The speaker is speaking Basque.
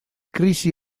krisi